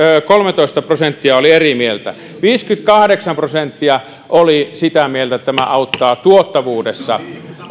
ja kolmetoista prosenttia oli eri mieltä viisikymmentäkahdeksan prosenttia oli sitä mieltä että tämä auttaa tuottavuudessa